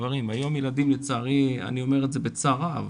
אני אומר בצער הרב,